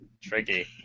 Tricky